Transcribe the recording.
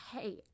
hey